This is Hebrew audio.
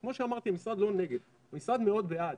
כמו שאמרתי, המשרד לא נגד, המשרד מאוד בעד,